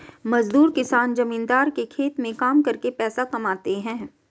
मजदूर किसान जमींदार के खेत में काम करके पैसा कमाते है